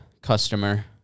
customer